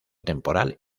temporal